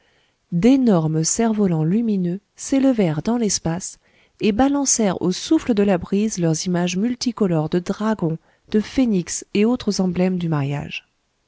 d'énormes cerfs volants lumineux s'élevèrent dans l'espace et balancèrent au souffle de la brise leurs images multicolores de dragons de phénix et autres emblèmes du mariage